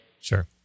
Sure